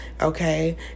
Okay